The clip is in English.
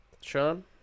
Sean